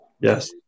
Yes